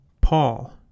Paul